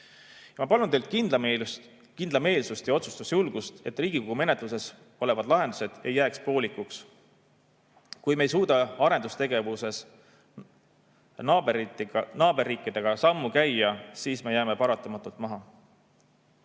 Ma palun teilt kindlameelsust ja otsustusjulgust, et Riigikogu menetluses olevad lahendused ei jääks poolikuks. Kui me ei suuda arendustegevuses naaberriikidega [ühte] sammu käia, siis jääme paratamatult maha.